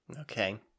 Okay